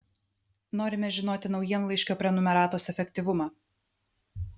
norime žinoti naujienlaiškio prenumeratos efektyvumą